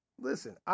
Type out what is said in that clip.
listen